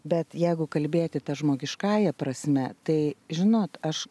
bet jeigu kalbėti ta žmogiškąja prasme tai žinot aš